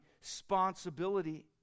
responsibility